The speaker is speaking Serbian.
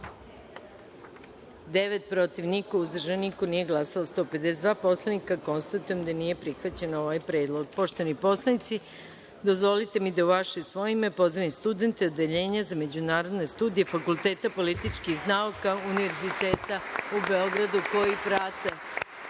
protiv – niko, uzdržan – jedan, nije glasalo 152 poslanika. Konstatujem da nije prihvaćen ovaj predlog. Poštovani poslanici, dozvolite mi da u vaše i svoje ime pozdravim studente Odeljenja za međunarodne studije Fakulteta političkih nauka, Univerziteta u Beogradu koji prate